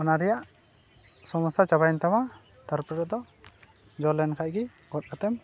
ᱚᱱᱟ ᱨᱮᱭᱟᱜ ᱥᱚᱢᱚᱥᱥᱟ ᱪᱟᱵᱟᱭᱮᱱ ᱛᱟᱢᱟ ᱛᱟᱨᱯᱚᱨᱮ ᱫᱚ ᱡᱚ ᱞᱮᱱᱠᱷᱟᱱ ᱜᱮ ᱜᱚᱫ ᱠᱟᱛᱮᱢ